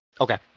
Okay